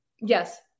Yes